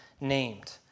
named